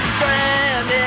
Stranded